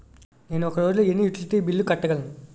నేను ఒక రోజుల్లో ఎన్ని యుటిలిటీ బిల్లు కట్టగలను?